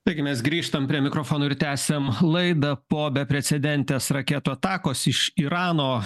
taigi mes grįžtam prie mikrofono ir tęsiam laidą po beprecedentės raketo atakos iš irano